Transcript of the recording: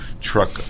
truck